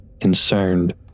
concerned